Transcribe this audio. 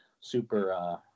super